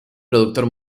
productor